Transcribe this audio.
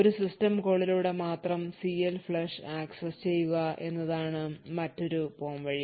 ഒരു സിസ്റ്റം കോളിലൂടെ മാത്രം CLFLUSH ആക്സസ് ചെയ്യുക എന്നതാണ് മറ്റൊരു പോംവഴി